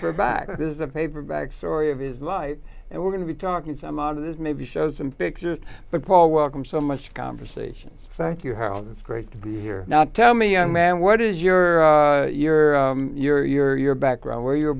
paperback is a paperback story of his life and we're going to be talking some of this maybe show some pictures but paul welcome so much conversations thank you howard it's great to be here now tell me young man what is your your your your your background where you were